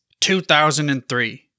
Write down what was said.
2003